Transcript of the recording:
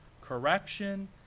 correction